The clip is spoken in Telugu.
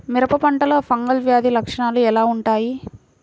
మిరప పంటలో ఫంగల్ వ్యాధి లక్షణాలు ఎలా వుంటాయి?